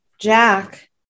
Jack